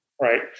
right